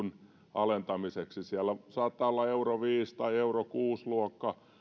alentamiseksi siellä saattaa olla euro viisi tai euro kuusi luokka